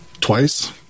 Twice